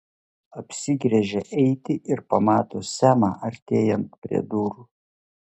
apsigręžia eiti ir pamato semą artėjant prie durų